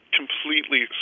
completely